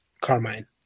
Carmine